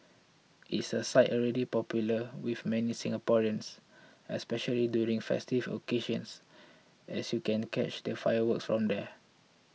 it's a site already popular with many Singaporeans especially during festive occasions as you can catch the fireworks on there